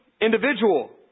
individual